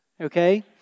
Okay